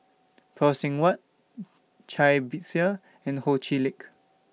Phay Seng Whatt Cai Bixia and Ho Chee Lick